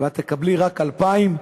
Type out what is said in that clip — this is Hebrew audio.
ואת תקבלי רק 2,000 שקלים.